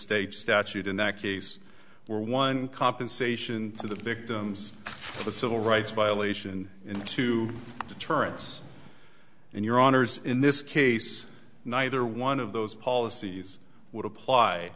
stage statute in that case where one compensation to the victims of the civil rights violation and to deterrence in your honour's in this case neither one of those policies would apply